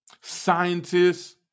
Scientists